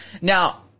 Now